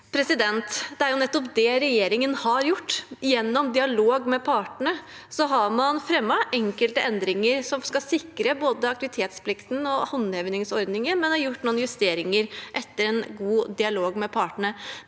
loven. Det er jo nettopp det regjeringen har gjort. Gjennom dialog med partene har man fremmet enkelte endringer som skal sikre både aktivitetsplikten og håndhevingsordningen, men man har gjort noen justeringer, etter god dialog med partene.